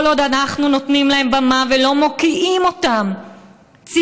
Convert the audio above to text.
כל עוד אנחנו נותנים להם במה ולא מוקיעים אותם ציבורית,